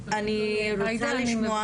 אני רוצה לשמוע